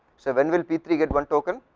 so when will p three get one token